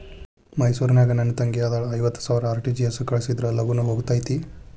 ಮೈಸೂರ್ ನಾಗ ನನ್ ತಂಗಿ ಅದಾಳ ಐವತ್ ಸಾವಿರ ಆರ್.ಟಿ.ಜಿ.ಎಸ್ ಕಳ್ಸಿದ್ರಾ ಲಗೂನ ಹೋಗತೈತ?